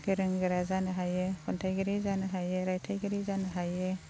गोरों गोरा जानो हायो खन्थाइगिरि जानो हायो रायथायगिरि जानो हायो